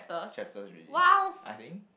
chapters already I think